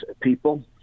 people